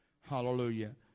hallelujah